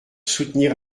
soutenir